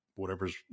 whatever's